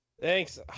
Thanks